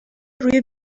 روی